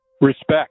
Respect